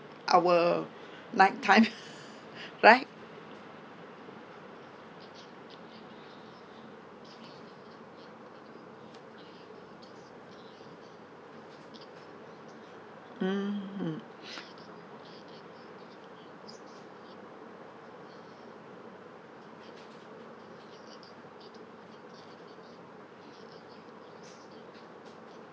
our night time right mmhmm